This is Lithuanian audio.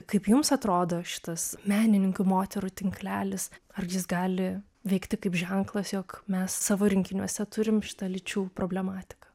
kaip jums atrodo šitas menininkių moterų tinklelis ar jis gali veikti kaip ženklas jog mes savo rinkiniuose turim šitą lyčių problematiką